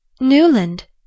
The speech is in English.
Newland